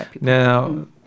Now